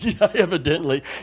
evidently